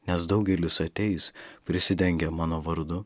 nes daugelis ateis prisidengę mano vardu